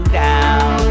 down